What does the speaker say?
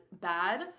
bad